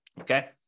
okay